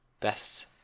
best